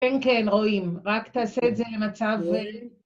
כן, כן, רואים. רק תעשה את זה למצב..